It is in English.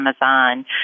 Amazon